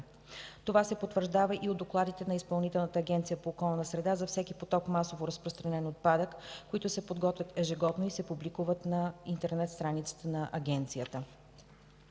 Това се потвърждава и от докладите на Изпълнителната агенция по околна среда за всеки поток масово разпространен отпадък, които се подготвят ежегодно и се публикуват на интернет страницата на Агенцията.